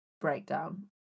breakdown